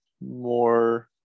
more